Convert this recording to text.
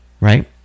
Right